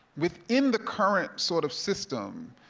within the current sort of system,